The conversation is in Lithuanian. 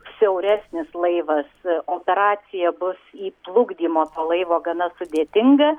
siauresnis laivas operacija bus įplukdymo to laivo gana sudėtinga